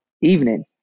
evening